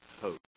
hope